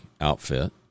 outfit